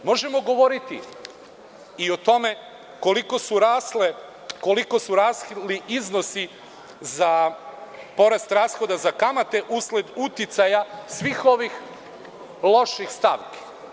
Možemo govoriti i tome koliko su rasli iznosi za porast rashoda za kamate usled uticaja svih ovih loših stavki.